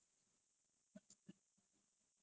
anywhere you want to go after COVID nineteen